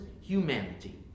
humanity